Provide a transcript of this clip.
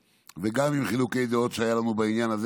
וגם עם חילוקי דעות שהיו לנו בעניין הזה